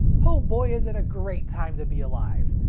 ho boy is it a great time to be alive.